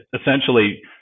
essentially